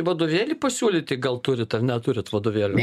vadovėlį pasiūlyti gal turit ar neturit vadovėlio